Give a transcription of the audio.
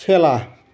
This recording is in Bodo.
थेला